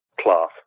class